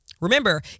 Remember